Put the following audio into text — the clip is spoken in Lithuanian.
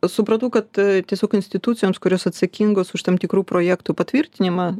supratau kad tiesiog institucijoms kurios atsakingos už tam tikrų projektų patvirtinimą